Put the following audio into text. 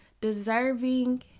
deserving